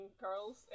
girls